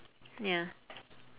ya